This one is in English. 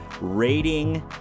rating